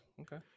Okay